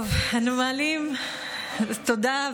תודה,